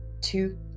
two